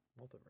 multiverse